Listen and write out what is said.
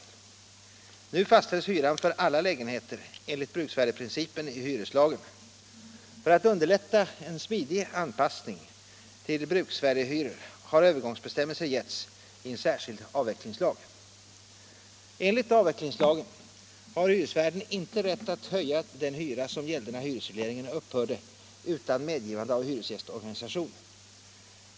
Nu fastställs hyran för alla lägenheter enligt bruksvärdesprincipen i hyreslagen. För att underlätta en smidig anpassning till bruksvärdeshyror har övergångsbestämmelser getts i en särskild avvecklingslag. Enligt avvecklingslagen har hyresvärden inte rätt att höja den hyra som gällde när hyresregleringen upphörde utan medgivande av hyresgästorganisation.